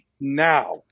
now